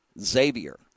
Xavier